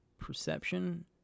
perception